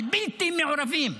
אבל בלתי מעורבים,